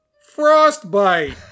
Frostbite